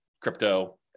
crypto